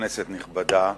כנסת נכבדה,